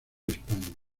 españa